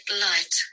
light